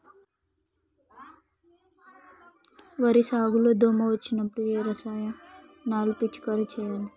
వరి సాగు లో దోమ వచ్చినప్పుడు ఏ రసాయనాలు పిచికారీ చేయాలి?